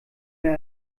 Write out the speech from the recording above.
mehr